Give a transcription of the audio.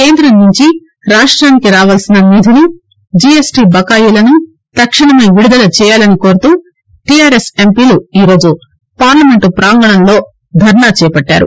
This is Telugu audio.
కేంద్రం నుంచి రాష్లానికి రావార్సిన నిధులు జీఎస్టీ బకాయిలను తక్షణమే విడుదల చేయాలని కోరుతూ టీఆర్ఎస్ ఎంపీలు ఈ రోజు పార్లమెంట్ ప్రాంగణంలో ధర్నా చేపట్టారు